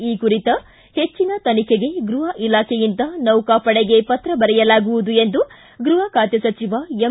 ಈ ಕುರಿತ ಹೆಚ್ಚಿನ ತನಿಖೆಗೆ ಗೃಹ ಇಲಾಖೆಯಿಂದ ನೌಕಾಪಡೆಗೆ ಪತ್ರ ಬರೆಯಲಾಗುವುದು ಎಂದು ಗೃಹ ಖಾತೆ ಸಚಿವ ಎಂ